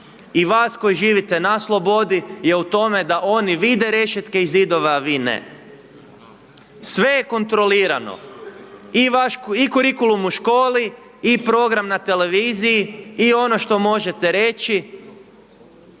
i vas koji živite na slobodi je u tome da oni vide rešetke i zidove a vi ne. Sve je kontrolirano, i kurikulum u školi i program na televiziji i ono što možete reći